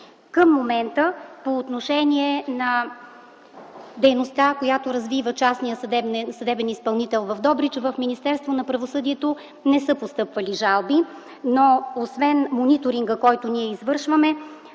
Към момента по отношение на дейността, която развива частният съдебен изпълнител в Добрич, в Министерството на правосъдието не са постъпвали жалби. Освен мониторинга, който извършваме,